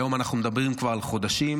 היום אנחנו מדברים כבר על חודשים.